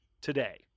today